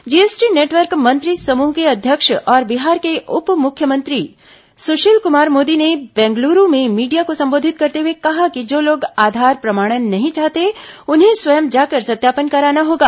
GST network मंत्री समूह के अध्यक्ष और बिहार के उप मुख्यमंत्री सुशील कुमार मोदी ने बेंगलुरु में मीडिया को संबोधित करते हुए कहा कि जो लोग आधार प्रमाणन नहीं चाहते उन्हें स्वयं जाकर सत्यापन कराना होगा